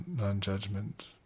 non-judgment